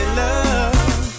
love